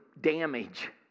damage